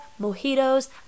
mojitos